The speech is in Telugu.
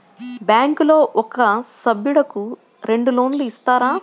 బ్యాంకులో ఒక సభ్యుడకు రెండు లోన్లు ఇస్తారా?